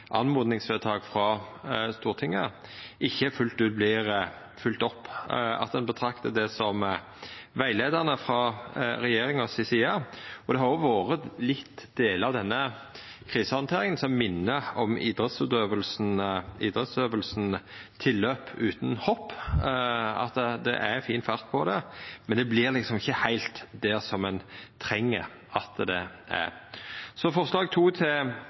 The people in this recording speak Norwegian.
frå Stortinget ikkje fullt ut vert følgde opp, at ein ser på dei som rettleiande frå regjeringa si side. Delar av denne krisehandteringa minner om idrettsøvinga «tilløp utan hopp»: Det vert satsa, men det vert liksom ikkje heilt det ein treng. Forslaga nr. 2, 3 og 4 får dessverre ikkje